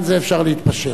לא,